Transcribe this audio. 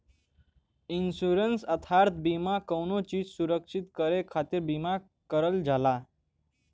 insurance अर्थात बीमा कउनो चीज सुरक्षित करे खातिर बीमा करल जाला